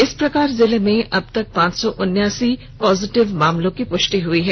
इस प्रकार जिले में अब तक पांच सौ उनासी पॉजिटिव मामलों की पुष्टि हो चुकी है